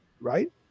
right